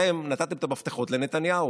אתם נתתם את המפתחות לנתניהו,